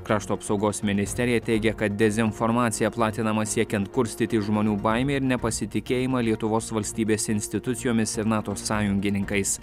krašto apsaugos ministerija teigė kad dezinformacija platinama siekiant kurstyti žmonių baimę ir nepasitikėjimą lietuvos valstybės institucijomis ir nato sąjungininkais